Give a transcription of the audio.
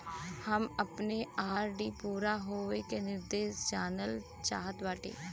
हम अपने आर.डी पूरा होवे के निर्देश जानल चाहत बाटी